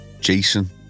Jason